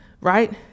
right